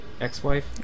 ex-wife